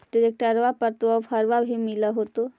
ट्रैक्टरबा पर तो ओफ्फरबा भी मिल होतै?